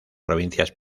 provincias